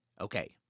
Okay